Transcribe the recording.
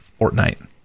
Fortnite